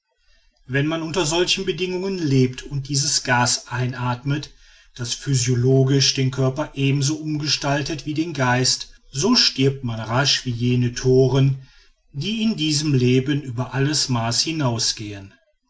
wenn man unter solchen bedingungen lebt und dies gas einathmet das physiologisch den körper ebenso umgestaltet wie den geist so stirbt man rasch wie jene thoren die in diesem leben über alles maß hinausgehen